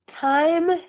Time